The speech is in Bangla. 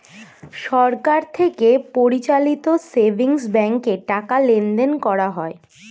সরকার থেকে পরিচালিত সেভিংস ব্যাঙ্কে টাকা লেনদেন করা হয়